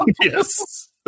Yes